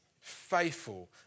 faithful